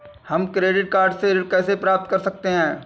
हम credit card से ऋण कैसे प्राप्त कर सकते हैं?